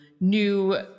new